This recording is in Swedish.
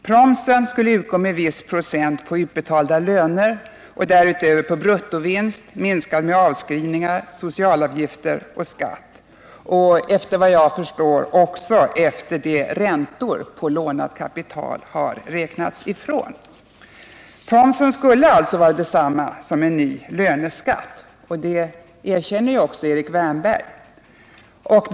Promsen skall utgå med viss procent på utbetalda löner och därutöver på bruttovinst minskad med avskrivningar, sociala avgifter och skatt samt — efter vad jag förstår — efter det att räntor på lånat kapital räknats ifrån. Proms skulle således bli detsamma som en ny löneskatt. Det erkänner också Erik Wärnberg.